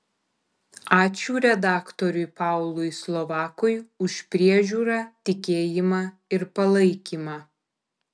ačiū redaktoriui paului slovakui už priežiūrą tikėjimą ir palaikymą